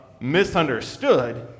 misunderstood